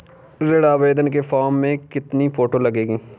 ऋण आवेदन के फॉर्म में कितनी फोटो लगेंगी?